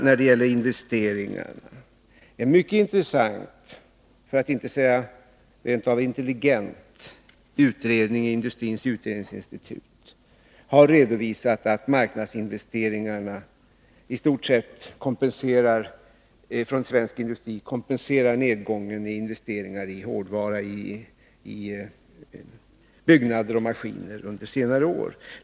När det gäller investeringarna vill jag säga att en mycket intressant, för att inte rent av säga intelligent utredning i Industrins utredningsinstitut har redovisat att marknadsinvesteringarna från svensk industri i stort sett kompenserar nedgången i investeringar i hårdvara, byggnader och maskiner, under senare år.